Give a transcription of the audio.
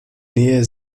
nähe